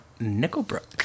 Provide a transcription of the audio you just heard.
Nickelbrook